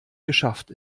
geschafft